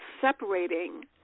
separating